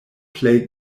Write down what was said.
plej